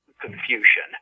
Confucian